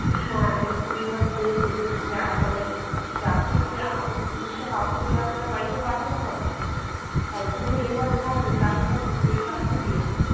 হ্যাঁ দেখুন এবার যে যেতে চায় মানে যাকে দিয়ে আমাকে তো জিনিসটা কাউকে দিয়ে আপনার বাড়িতে পাঠাতে হবে একজন তো লেবার থাকবে তাকে তার মজুরিটা আপনি দিয়ে দেবেন